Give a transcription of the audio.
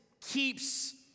keeps